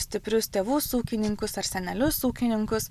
stiprius tėvus ūkininkus ar senelius ūkininkus